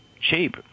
cheap